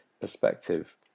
perspective